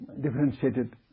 differentiated